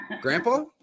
grandpa